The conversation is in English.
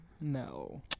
no